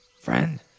Friend